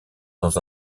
dans